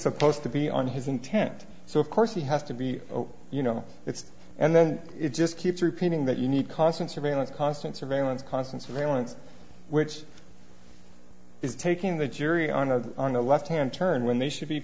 supposed to be on his intent so of course he has to be you know it's and then it just keeps repeating that you need constant surveillance constant surveillance constant surveillance which is taking the jury on the on the left hand turn when they should be